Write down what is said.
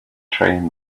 train